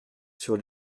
sur